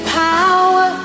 power